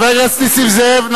חבר הכנסת נסים זאב,